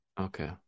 Okay